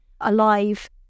alive